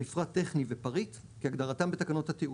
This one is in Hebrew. "מפרט טכני" ו- "פריט" - כהגדרתם בתקנות התיעוד,